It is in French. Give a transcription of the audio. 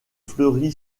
fleury